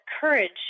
courage